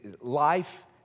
Life